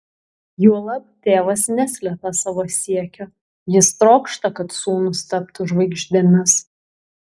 juolab tėvas neslepia savo siekio jis trokšta kad sūnūs taptų žvaigždėmis